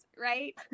Right